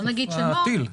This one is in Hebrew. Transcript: אני